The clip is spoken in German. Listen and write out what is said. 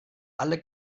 alle